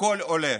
הכול עולה.